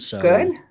Good